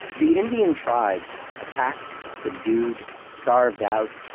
the indian tribes, attacked, subdued, starved out,